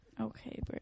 Okay